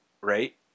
right